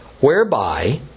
whereby